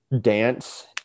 dance